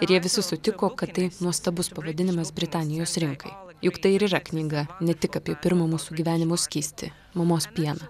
ir jie visi sutiko kad tai nuostabus pavadinimas britanijos rinkai juk tai ir yra knyga ne tik apie pirmą mūsų gyvenimo skystį mamos pieną